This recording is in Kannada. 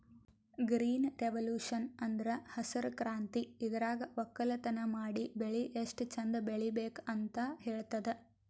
ಗ್ರೀನ್ ರೆವೊಲ್ಯೂಷನ್ ಅಂದ್ರ ಹಸ್ರ್ ಕ್ರಾಂತಿ ಇದ್ರಾಗ್ ವಕ್ಕಲತನ್ ಮಾಡಿ ಬೆಳಿ ಎಷ್ಟ್ ಚಂದ್ ಬೆಳಿಬೇಕ್ ಅಂತ್ ಹೇಳ್ತದ್